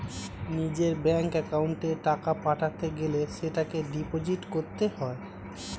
নিজের ব্যাঙ্ক অ্যাকাউন্টে টাকা পাঠাতে গেলে সেটাকে ডিপোজিট করতে হয়